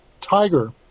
tiger